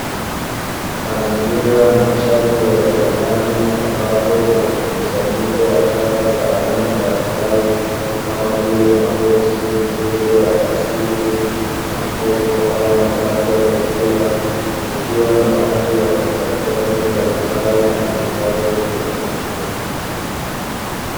Mazingira machafu ya jalalani ambako kuna mkusanyiko wa taka za aina mbalimbali kama vile maboksi, mifuko ya plastiki, makopo au mabaki ya vyakula kukiwa na watu wanaotafuta vitu mbalimbali na kuhifadhi kwenye magunia.